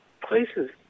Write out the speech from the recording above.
places